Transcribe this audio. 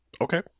Okay